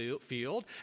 field